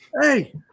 hey